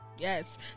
Yes